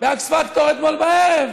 באקס פקטור אתמול בערב